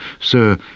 Sir